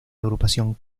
agrupación